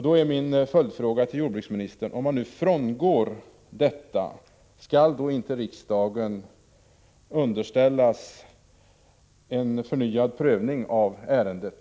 Då är min följdfråga till jordbruksministern: Om man nu frångår detta, skall då inte riksdagen underställas en förnyad prövning av ärendet?